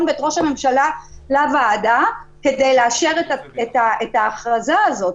ואת ראש הממשלה לוועדה כדי לאשר את ההכרזה הזאת.